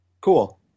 Cool